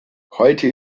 heute